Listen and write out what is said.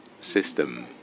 system